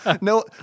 No